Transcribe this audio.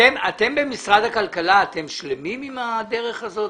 אתם במשרד הכלכלה שלמים עם הדרך הזאת,